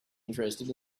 interested